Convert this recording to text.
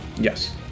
Yes